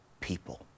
people